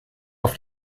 auf